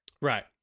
Right